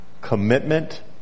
commitment